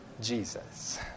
Jesus